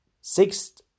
Sixth